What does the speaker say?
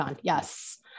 Yes